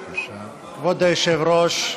היושב-ראש,